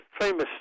famous